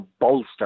bolster